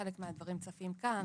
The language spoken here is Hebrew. חלק מהדברים צפים כאן,